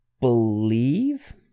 believe